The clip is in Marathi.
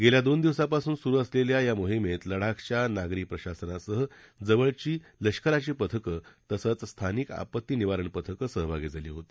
मागील दोन दिवसापासून सुरु असलेल्या या मोहमेत लडाखघ्या नागरी प्रशासनासह जवळची लष्कराची पथकं तसंच स्थानिक आपत्ती निवारण पथकं सहभागी झाली होती